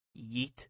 yeet